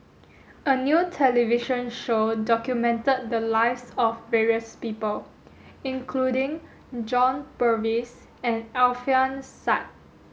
a new television show documented the lives of various people including John Purvis and Alfian Sa'at